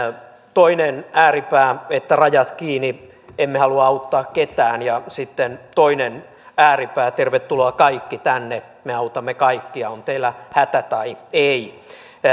toinen ääripää että rajat kiinni emme halua auttaa ketään ja sitten toinen ääripää tervetuloa kaikki tänne me autamme kaikkia on teillä hätä tai ei